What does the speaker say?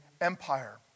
Empire